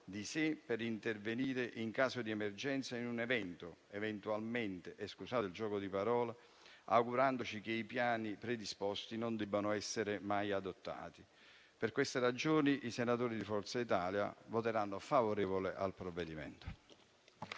di sé per intervenire in caso di emergenza in un eventuale evento - scusate il gioco di parole -augurandoci che i piani predisposti non debbano essere mai adottati. Per queste ragioni, i senatori di Forza Italia esprimeranno un voto favorevole sul provvedimento.